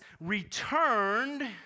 returned